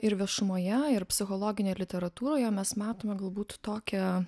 ir viešumoje ir psichologinėj literatūroje mes matome galbūt tokią